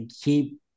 keep